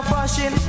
Fashion